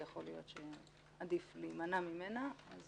ויכול להיות שעדיף להימנע ממנה.